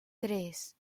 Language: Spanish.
tres